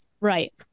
right